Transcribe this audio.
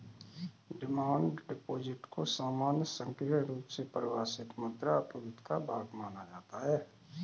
demand deposit को सामान्यतः संकीर्ण रुप से परिभाषित मुद्रा आपूर्ति का भाग माना जाता है